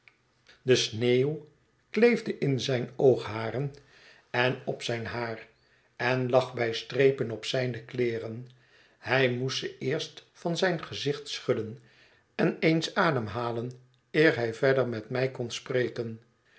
de sneeuw kleefde in zijn oogharen en op zijn haar en lag bij strepen op zijne kleeren hij moest ze eerst van zijn gezicht schudden en eens ademhalen eer hij verder met mij kon spreken